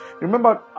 Remember